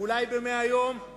אולי ב-100 יום?